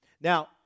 Now